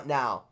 now